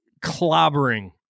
clobbering